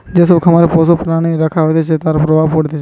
যে সব খামারে পশু প্রাণী রাখা হতিছে তার অনেক প্রভাব পড়তিছে